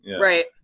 Right